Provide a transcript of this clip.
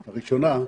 הראשונה.